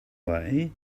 way